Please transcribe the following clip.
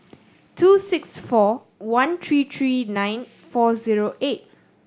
two six four one three three nine four zero eight